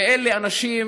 ואלה אנשים,